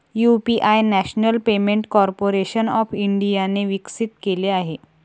UPI national payment corporation of इंडियाने विकसित केले आहे